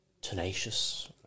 Tenacious